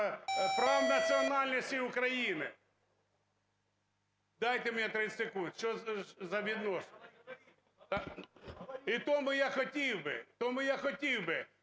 права національностей України… Дайте мені 30 секунд. Що за відношення? І тому я хотів би, тому я хотів би,